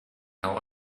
how